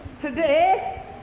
today